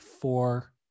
four